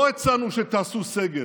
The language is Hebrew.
לא הצענו שתעשו סגר,